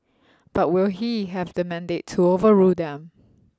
but will he have the mandate to overrule them